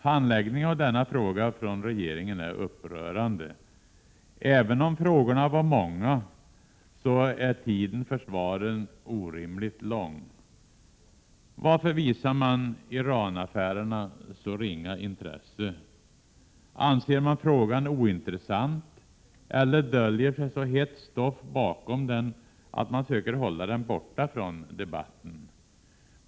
Handläggningen av denna fråga är från regeringens sida upprörande. Även om frågorna var många är tiden för svaren orimligt lång. Varför visar man Iranaffärerna så ringa intresse? Anser man frågan ointressant, eller döljer sig så hett stoff bakom den att man söker hålla den borta från debatten?